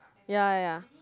ya ya ya